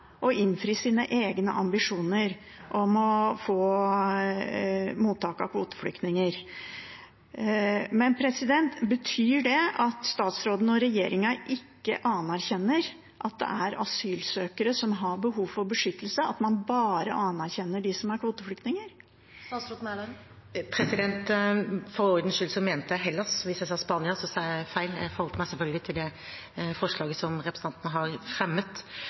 å innfri sine egne ambisjoner om mottak av kvoteflyktninger. Betyr det at statsråden og regjeringen ikke anerkjenner at det er asylsøkere som har behov for beskyttelse, og at man bare anerkjenner dem som er kvoteflyktninger? For ordens skyld så mente jeg Hellas. Hvis jeg sa Spania, sa jeg feil. Jeg forholdt meg selvfølgelig til det forslaget representanten har fremmet.